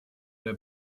der